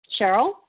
Cheryl